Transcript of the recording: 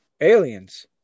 Aliens